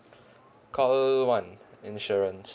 call one insurance